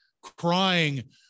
crying